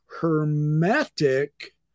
hermetic